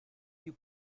you